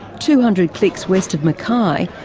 two hundred clicks west of mackay,